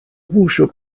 buŝo